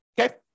Okay